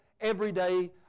everyday